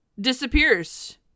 disappears